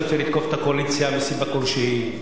רוצה לתקוף את הקואליציה מסיבה כלשהי,